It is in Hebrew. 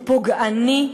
הוא פוגעני.